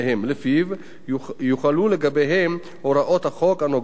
ולפיו יוחלו לגביהן הוראות החוק הנוגעות